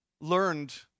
learned